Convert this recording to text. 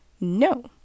No